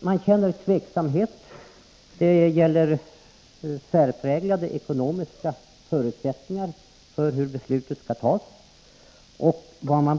Man känner tveksamhet beträffande särpräglade ekonomiska förutsättningar för hur beslutet skall tas och